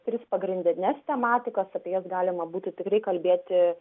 tris pagrindines tematikas apie jas galima būtų tikrai kalbėti